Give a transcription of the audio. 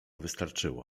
wystarczyło